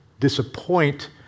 disappoint